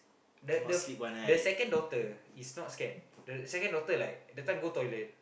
the the the second daughter is not scared the second daughter like that time go toilet